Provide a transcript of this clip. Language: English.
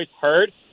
heard